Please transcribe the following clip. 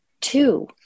Two